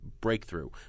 breakthrough